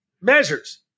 measures